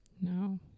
No